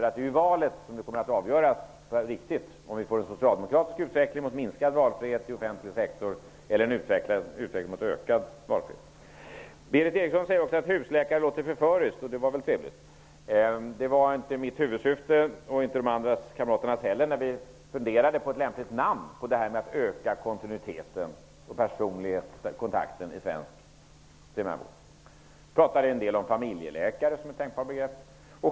Det är ju valet som kommer att avgöra om vi får en socialdemokratisk utveckling mot minskad valfrihet i offentlig sektor eller om vi får en utveckling mot ökad valfrihet. Berith Eriksson sade också att ordet husläkare låter förföriskt. Det var väl trevligt. Det var inte mitt och inte heller de andra kamraternas huvudsyfte när vi funderade på ett lämpligt namn på detta att öka kontinuiteten och den personliga kontakten i svensk primärvård. Vi talade en del om familjeläkare som ett tänkbart begrepp.